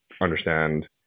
understand